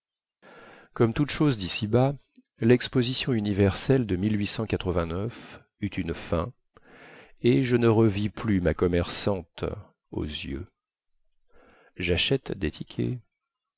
comme toute chose dici bas lexposition universelle de eut une fin et je ne revis plus ma commerçante aux yeux jachète des tickets